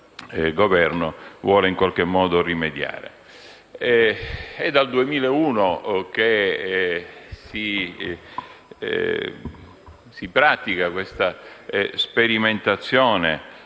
il Governo vuole in qualche modo rimediare. È dal 2001 che si pratica la sperimentazione